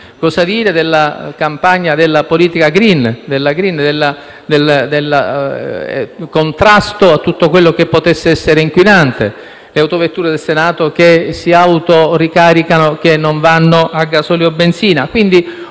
Cosa dire della campagna della politica *green* e del contrasto a tutto quello che può essere inquinante? Pensiamo, ad esempio, alle autovetture del Senato che si autoricaricano e non vanno a gasolio o benzina.